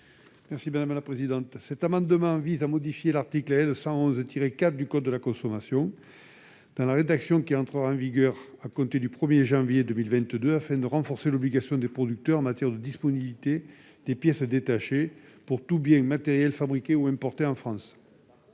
est à M. André Guiol. Cet amendement tend à modifier l'article L. 111-4 du code de la consommation, dans la rédaction qui entrera en vigueur à compter du 1 janvier 2022, afin de renforcer l'obligation des producteurs en matière de disponibilité des pièces détachées pour tout bien matériel fabriqué ou importé en France.